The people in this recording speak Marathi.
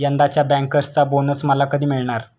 यंदाच्या बँकर्सचा बोनस मला कधी मिळणार?